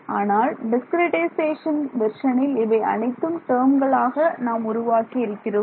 ஆனால் டிஸ்கிரிட்டைசேஷன் வெர்ஷனில் இவை அனைத்தும் டேர்ம்களாக நாம் உருவாக்கி இருக்கிறோம்